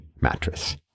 mattress